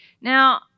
Now